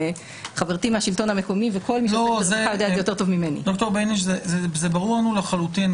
זה ברור לנו לחלוטין.